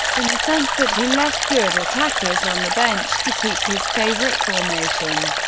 in the sense that he left good attackers on the bench to keep his favourite formation.